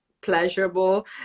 pleasurable